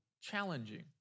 challenging